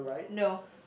no